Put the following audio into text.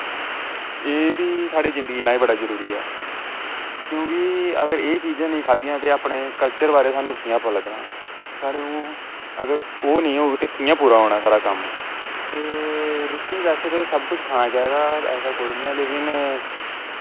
एह् बी साढ़े जिन्दगी दे बड़े जरूरी ऐ क्योंकि अगर एह् चीजां नी खादियां ते अपने कल्चर बारे स्हानू कियां पता लग्गना साढ़े अगर ओह् नी होग ते कियां पूरा होना साढ़ा कम्म ते रुट्टी बैसे ते सबकुश खाना चाही दा ऐसा कुश नी ऐ लेकिन